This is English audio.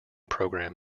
program